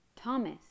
Thomas